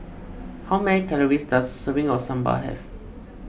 how many calories does a serving of Sambar have